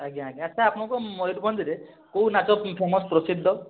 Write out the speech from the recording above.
ଆଜ୍ଞା ଆଜ୍ଞା ଆଚ୍ଛା ଆପଣଙ୍କ ମୟୂରଭଞ୍ଜରେ କେଉଁ ନାଚ ଫେମସ୍ ପ୍ରସିଦ୍ଧ